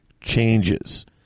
changes